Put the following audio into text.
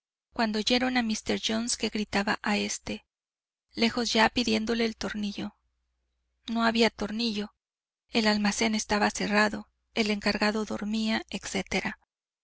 cuando oyeron a míster jones que gritaba a éste lejos ya pidiéndole el tornillo no había tornillo el almacén estaba cerrado el encargado dormía